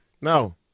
No